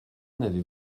n’avez